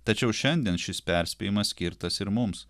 tačiau šiandien šis perspėjimas skirtas ir mums